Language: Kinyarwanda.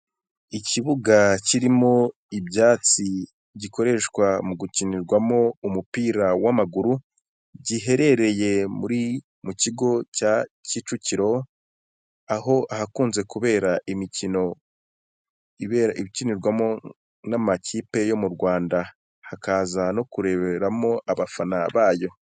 Ikibuga kirimo ibyatsi gikoreshwa mu gukinirwamo umupira w'amaguru, giherereye muri mu kigo cya Kicukiro ahakunze kubera imikino ibikinirwamo n'amakipe yo mu Rwanda, hakaza no kureberamo abafana bayo.